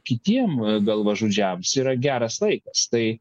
kitiem galvažudžiams yra geras laikas tai